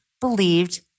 believed